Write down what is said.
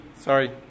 sorry